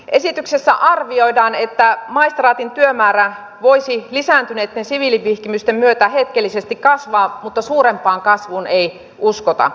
esityksessä arvioidaan että maistraatin työmäärä voisi lisääntyneitten siviilivihkimysten myötä hetkellisesti kasvaa mutta suurempaan kasvuun ei uskota